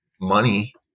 money